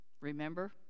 Remember